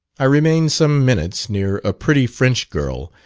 i remained some minutes near a pretty french girl,